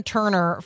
Turner